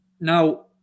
now